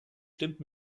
stimmt